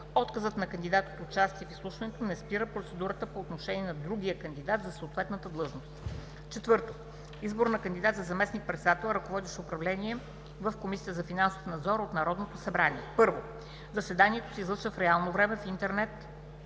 Отказът на кандидат от участие в изслушването не спира процедурата по отношение на другия кандидат за съответната длъжност. IV. Избор на кандидат за заместник-председател, ръководещ управление, в Комисията за финансов надзор от Народното събрание. 1. Заседанието се излъчва в реално време в интернет